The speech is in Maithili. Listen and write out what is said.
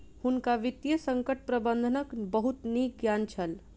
हुनका वित्तीय संकट प्रबंधनक बहुत नीक ज्ञान छल